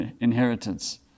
inheritance